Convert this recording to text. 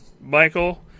Michael